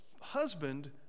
husband